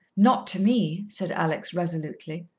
not to me, said alex resolutely.